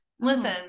Listen